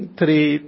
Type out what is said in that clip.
three